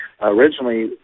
Originally